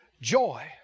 Joy